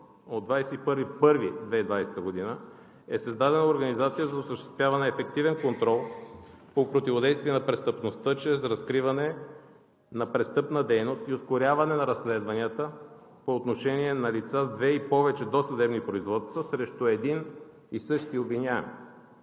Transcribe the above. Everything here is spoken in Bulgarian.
януари 2020 г. е създадена организация за осъществяване на ефективен контрол по противодействие на престъпността чрез разкриване на престъпна дейност и ускоряване на разследванията по отношение на лица с две и повече досъдебни производства срещу един и същи обвиняем.